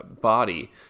body